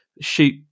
shoot